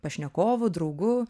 pašnekovu draugu